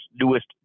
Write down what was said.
newest